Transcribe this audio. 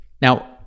Now